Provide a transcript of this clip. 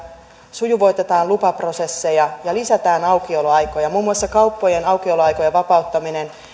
sujuvoitetaan lupaprosesseja ja lisätään aukioloaikoja muun muassa kauppojen aukioloaikojen vapauttaminen